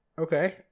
Okay